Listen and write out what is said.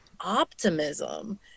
optimism